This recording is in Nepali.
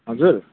हजुर